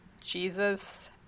Jesus